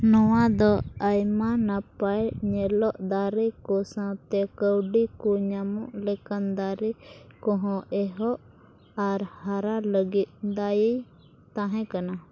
ᱱᱚᱣᱟ ᱫᱚ ᱟᱭᱢᱟ ᱱᱟᱯᱟᱭ ᱧᱮᱞᱚᱜ ᱫᱟᱨᱮ ᱠᱚ ᱥᱟᱶᱛᱮ ᱠᱟᱹᱣᱰᱤ ᱠᱚ ᱧᱟᱢᱚᱜ ᱞᱮᱠᱟᱱ ᱫᱟᱨᱮ ᱠᱚᱦᱚᱸ ᱮᱦᱚᱵ ᱟᱨ ᱦᱟᱨᱟ ᱞᱟᱹᱜᱤᱫ ᱫᱟᱹᱭᱤ ᱛᱟᱦᱮᱸ ᱠᱟᱱᱟ